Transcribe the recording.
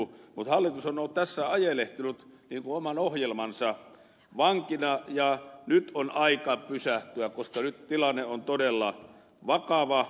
mutta hallitus on tässä ajelehtinut niin kuin oman ohjelmansa vankina ja nyt on aika pysähtyä koska nyt tilanne on todella vakava